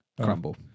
Crumble